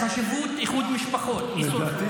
חשיבות איחוד משפחות, רגע, רגע.